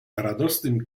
radosnym